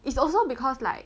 it's also because like